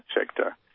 sector